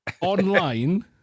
online